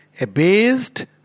Abased